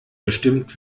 bestimmt